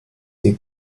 ihr